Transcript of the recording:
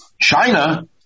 China